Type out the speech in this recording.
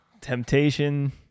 temptation